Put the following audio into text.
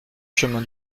chemin